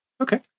Okay